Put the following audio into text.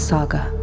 Saga